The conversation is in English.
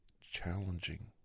challenging